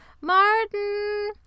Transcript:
Martin